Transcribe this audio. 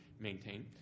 maintain